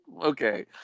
Okay